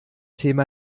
thema